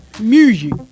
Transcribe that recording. Music